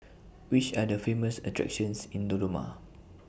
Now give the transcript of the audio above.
Which Are The Famous attractions in Dodoma